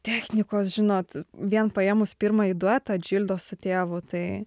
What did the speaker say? technikos žinot vien paėmus pirmąjį duetą džildos su tėvu tai